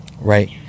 right